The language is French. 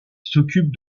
s’occupent